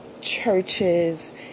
churches